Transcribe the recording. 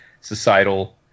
societal